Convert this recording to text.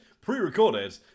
pre-recorded